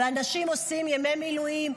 אנשים עושים ימי מילואים,